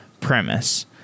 premise